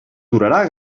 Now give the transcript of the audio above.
durarà